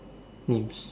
names